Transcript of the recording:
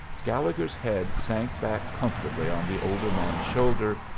gallegher's head sank back comfortably on the older man's shoulder,